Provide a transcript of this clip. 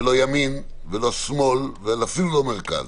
לא ימין ולא שמאל ואפילו לא מרכז.